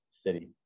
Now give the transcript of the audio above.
city